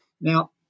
Now